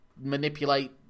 manipulate